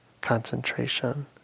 concentration